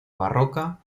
barroca